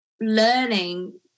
learning